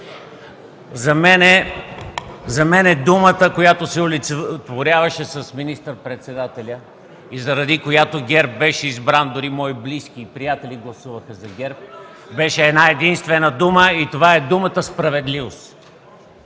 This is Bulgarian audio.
За мен думата, която се олицетворяваше с министър-председателя и заради която ГЕРБ беше избран, дори мои близки приятели гласуваха за ГЕРБ, беше една-единствена и това е думата „справедливост”.